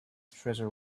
treasure